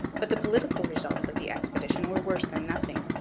but the political results of the expedition were worse than nothing.